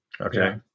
Okay